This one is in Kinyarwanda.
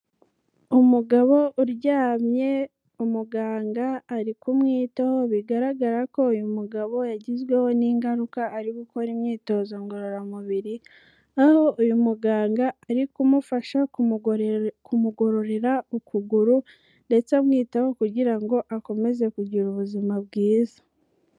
Umugabo uryamye, umuganga ari kumwitaho bigaragara ko uyu mugabo yagizweho n'ingaruka ari gukora imyitozo ngororamubiri, aho uyu muganga ari kumufasha kumu kumugororera ukuguru, ndetse amwitaho kugira ngo akomeze kugira ubuzima bwiza.